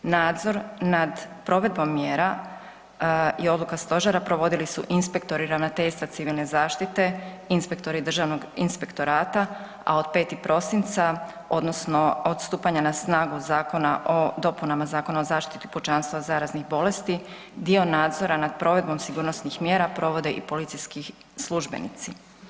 Nadzor nad provedbom mjera i odluka stožera provodili su inspektori ravnateljstva civilne zaštite, inspektori državnog inspektorata, a od 5. prosinca odnosno od stupanja na snagu Zakona o dopunama Zakona o zaštiti pučanstva od zaraznih bolesti dio nadzora nad provedbom sigurnosnih mjera provode i policijski službenici.